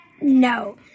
No